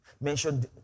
Mentioned